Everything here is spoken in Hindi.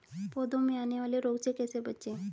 पौधों में आने वाले रोग से कैसे बचें?